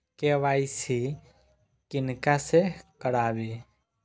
KYC किनका से कराबी?